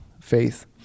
faith